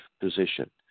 position